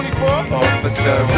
Officer